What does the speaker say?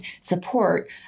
support